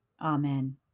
Amen